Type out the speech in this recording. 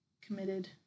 committed